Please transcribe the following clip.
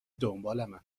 دنبالمن